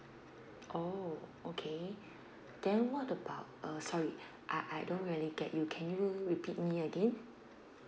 oh okay then what about uh sorry I I don't really get you can you repeat me again